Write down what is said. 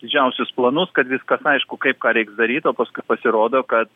didžiausius planus kad viskas aišku kaip ką reiks daryt o paskui pasirodo kad